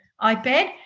iPad